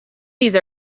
these